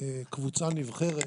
קבוצה נבחרת,